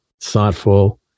thoughtful